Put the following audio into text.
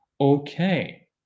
Okay